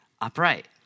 upright